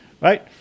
right